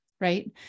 right